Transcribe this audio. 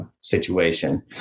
situation